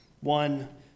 One